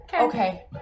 Okay